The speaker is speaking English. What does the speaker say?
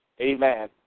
Amen